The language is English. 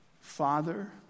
Father